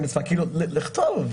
לכתוב,